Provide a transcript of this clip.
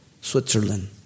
Switzerland